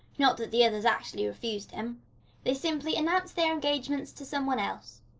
not that the others actually refused him they simply announced their engagements to some one else.